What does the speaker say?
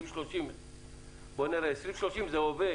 2030 זה כבר ההווה.